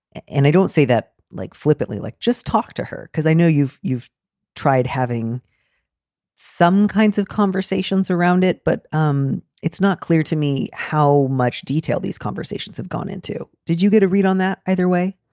and i don't say that, like, flippantly, like just talk to her, because i know you've you've tried having some kinds of conversations around it, but um it's not clear to me how much detail these conversations have gone into. did you get a read on that either way?